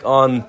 on